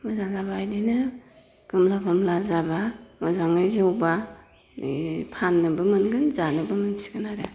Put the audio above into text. मोजां जाब्ला इदिनो गामला गामला जाब्ला मोजाङै जौब्ला फाननोबो मोनसिगोन जानोबो मोनसिगोन आरो